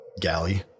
galley